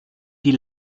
die